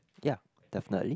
ya definitely